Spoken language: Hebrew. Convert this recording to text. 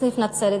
בסניף נצרת.